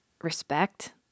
respect